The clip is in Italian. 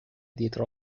dietro